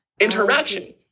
interaction